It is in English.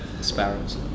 Sparrows